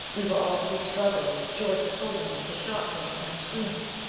we were all three struggling. george was holding me the shot came and i screamed.